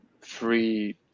free